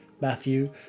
matthew